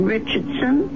Richardson